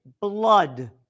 blood